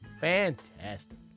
Fantastic